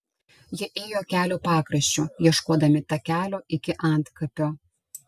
jie ėjo kelio pakraščiu ieškodami takelio iki antkapio